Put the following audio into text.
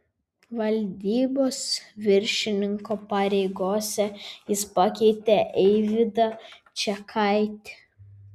valdybos viršininko pareigose jis pakeitė eivydą čekaitį